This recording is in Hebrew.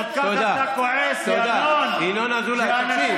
כל כך אתה כועס, ינון, ינון אזולאי, תקשיב.